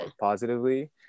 positively